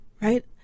right